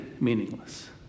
meaningless